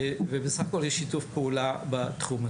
ובסך הכל יש שיתוף פעולה בתחום הזה.